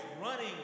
running